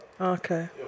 okay